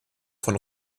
von